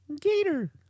Gator